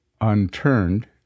unturned